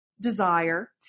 desire